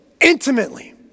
intimately